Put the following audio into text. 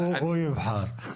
הוא יבחר.